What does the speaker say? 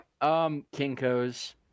Kinko's